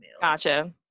gotcha